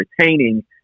retaining